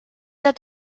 that